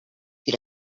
you